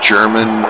German